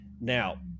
Now